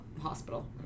Hospital